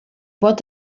pot